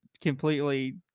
completely